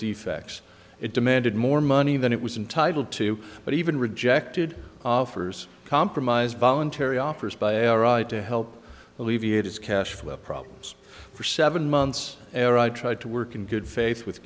defects it demanded more money than it was entitle to but even rejected offers compromised voluntary offers by our right to help alleviate his cashflow problems for seven months after i tried to work in good faith with